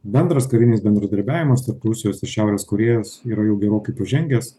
bendras karinis bendradarbiavimas tarp rusijos ir šiaurės korėjos yra jau gerokai pažengęs